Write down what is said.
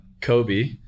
kobe